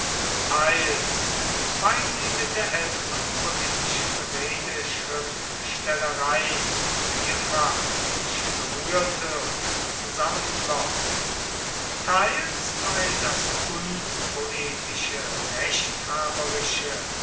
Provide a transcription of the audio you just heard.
teils weil sie mit der älteren politischen redeschriftstellerei vielfach sich berührte und zusammenfloß teils weil das unpoetische rechthaberische